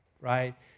right